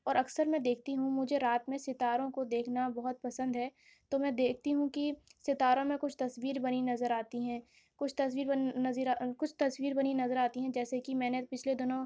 اور اکثر میں دیکھتی ہوں مجھے رات میں ستاروں کو دیکھنا بہت پسند ہے تو میں دیکھتی ہوں کہ ستاروں میں کچھ تصویر بنی نظر آتی ہیں کچھ تصویر بن نظیرا کچھ تصویر بنی نظر آتی ہیں جیسے کہ میں نے پچھلے دنوں